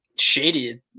shady